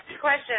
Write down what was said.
Question